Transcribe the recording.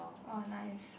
!wah! nice